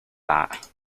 that